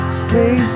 stay